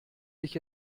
dich